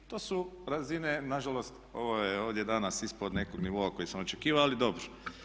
To su razine nažalost ovo je ovdje danas ispod nekog nivoa koji sam očekivao ali dobro.